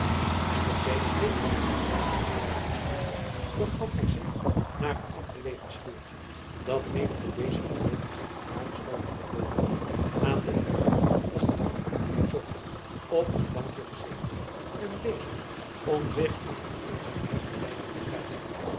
en met-een zich van het gezelschap verwijderende begaf hy zich naar een afgelegen schuurtjen dat mede te dezer gelegenheid tot paardestal was bevorderd aan den ingang was de man dien hy zocht op een bankjen gezeten en bezig om zich in zijn eenzaamheid den tijd te verdrijven